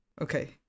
okay